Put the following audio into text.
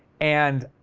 and